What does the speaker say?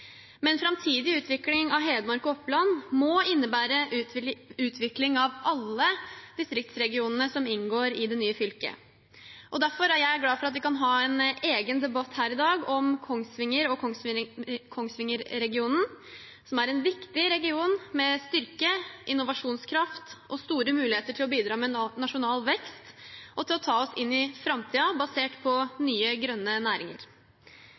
Men framtidig utvikling av Hedmark og Oppland må innebære utvikling av alle distriktsregionene som inngår i den nye regionen. Derfor er jeg glad for at vi her i dag kan ha en egen debatt om Kongsvinger og Kongsvinger-regionen, som er en viktig region med styrke, innovasjonskraft og store muligheter til å bidra med nasjonal vekst og til å ta oss inn i framtiden basert på nye, grønne næringer.